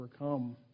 overcome